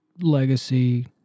Legacy